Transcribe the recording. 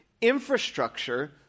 infrastructure